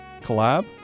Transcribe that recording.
Collab